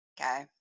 okay